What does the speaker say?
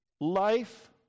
life